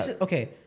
Okay